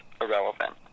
irrelevant